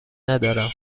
ندارم